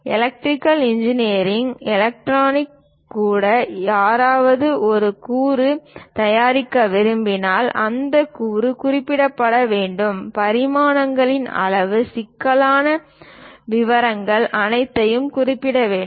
electrical engineering electronics கூட யாராவது ஒரு கூறு தயாரிக்க விரும்பினால் அந்த கூறு குறிப்பிடப்பட வேண்டும் பரிமாணங்கள் அளவு சிக்கலான விவரங்கள் அனைத்தையும் குறிப்பிட வேண்டும்